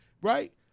right